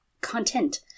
content